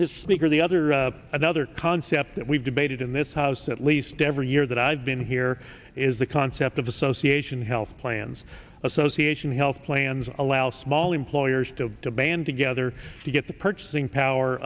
speaker the other another concept that we've debated in this house at least every year that i've been here is the concept of association health plans association health plans allow small employers to band together to get the purchasing power